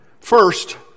First